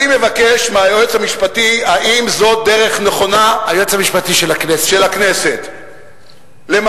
אני מבקש מהיועץ המשפטי של הכנסת לבדוק